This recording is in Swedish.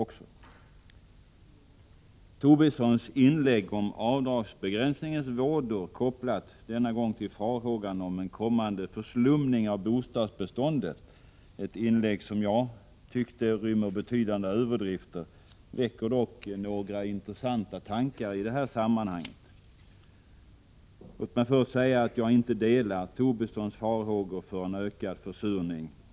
Lars Tobissons inlägg om avdragsbegränsningens vådor, kopplade denna gång till farhågor för en kommande förslumning av bostadsbeståndet, var enligt min uppfattning ett inlägg som inrymmer betydande överdrifter. Det väcker dock några intressanta tankar i detta sammanhang. Låt mig först säga att jag inte delar Tobissons farhågor för en ökad förslumning.